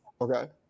okay